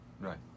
Right